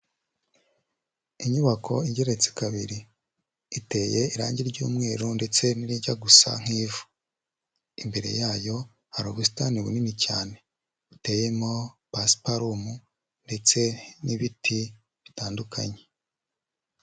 Inyubako igeretse kabiri, iteye irange ry'umweru ndetse n'irijya gusa nk'ivu, imbere yayo hari ubusitani bunini cyane buteyemo pasiparumu ndetse n'ibiti bitandukanye.